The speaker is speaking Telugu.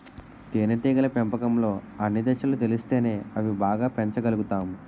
తేనేటీగల పెంపకంలో అన్ని దశలు తెలిస్తేనే అవి బాగా పెంచగలుతాము